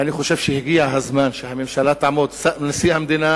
ואני חושב שהגיע הזמן שהממשלה תעמוד, נשיא המדינה